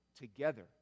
together